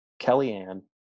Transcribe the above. Kellyanne